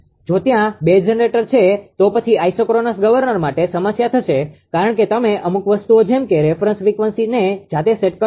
જો ત્યાં બે જનરેટર છે તો પછી આઇસોક્રોનસ ગવર્નર માટે સમસ્યા થશે કારણ કે તમે અમુક વસ્તુઓ જેમ કે રેફરન્સ ફ્રિકવન્સીને જાતે સેટ કરશો